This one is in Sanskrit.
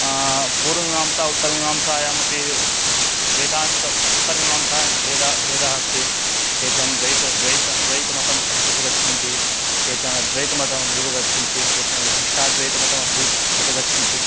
पूर्वमीमांसा उत्तरमीमांसायामपि वेदान्तम् उत्तरमीमांसायामपि भेद भेदः अस्ति केचन द्वैतं द्वैतं द्वैतमतम् अभ्युपगच्छन्ति केचन द्वैतमतमभ्युपगच्छन्ति केचन विशिष्टाद्वैतमतम् अभ्यु अभ्युपगच्छन्ति